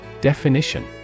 Definition